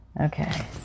Okay